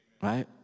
right